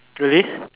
really